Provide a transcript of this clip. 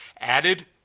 added